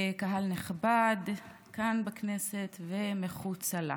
קהל נכבד כאן בכנסת ומחוצה לה,